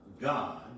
God